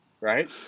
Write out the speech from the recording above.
right